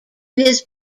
his